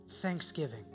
thanksgiving